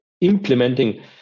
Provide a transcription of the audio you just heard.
implementing